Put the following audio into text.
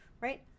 right